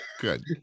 good